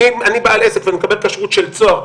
אם אני בעל עסק ואני מקבל כשרות של צהר,